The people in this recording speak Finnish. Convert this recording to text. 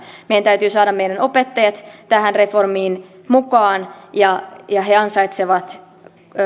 meidän täytyy saada meidän opettajat tähän reformiin mukaan ja ja he ansaitsevat